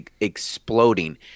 exploding